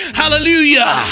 hallelujah